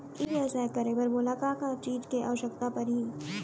ई व्यवसाय करे बर मोला का का चीज के आवश्यकता परही?